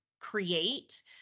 create